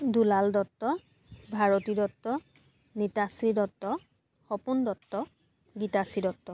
Dulal Dutta Bharati Dutta Nitashree Dutta Sapon Dutta Gitashree Dutta